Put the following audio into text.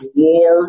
war